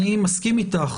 אני מסכים אתך,